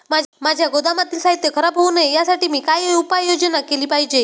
माझ्या गोदामातील साहित्य खराब होऊ नये यासाठी मी काय उपाय योजना केली पाहिजे?